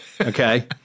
Okay